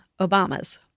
Obama's